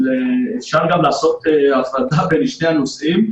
אפשר גם לעשות הפרדה בין שני הנושאים,